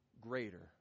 greater